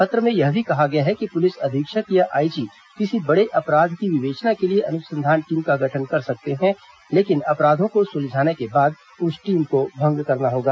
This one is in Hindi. पत्र में यह भी कहा गया है कि पुलिस अधीक्षक या आईजी किसी बड़े अपराध की विवेचना के लिए अनुसंधान टीम का गठन कर सकते हैं लेकिन अपराधों को सुलझाने के बाद उस टीम को भंग करना होगा